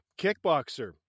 Kickboxer